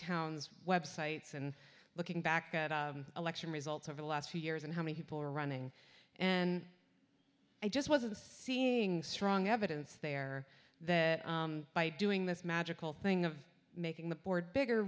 towns websites and looking back at election results over the last few years and how many people are running and i just wasn't seeing strong evidence there that by doing this magical thing of making the board bigger